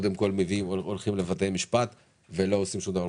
אתם קודם כל הולכים לבתי המשפט ולא עושים שום דבר.